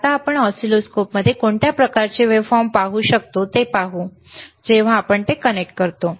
आता आपण ऑस्सिलोस्कोपमध्ये कोणत्या प्रकारचे वेव्हफॉर्म पाहू शकतो ते पाहू जेव्हा आपण कनेक्ट करतो